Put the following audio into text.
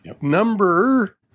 Number